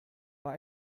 bei